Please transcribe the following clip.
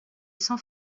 san